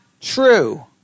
true